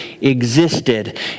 existed